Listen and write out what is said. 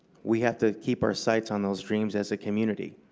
we have to keep our sights on those dreams as a community.